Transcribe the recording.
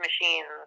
machines